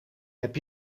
heb